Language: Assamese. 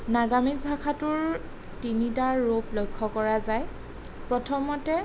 নাগামিজ ভাষাটোৰ তিনিটা ৰূপ লক্ষ্য কৰা যায় প্ৰথমতে